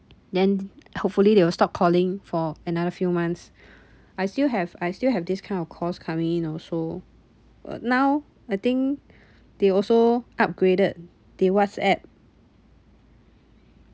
then hopefully they will stop calling for another few months I still have I still have this kind of calls coming in also but now I think they also upgraded they what's app